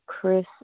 Chris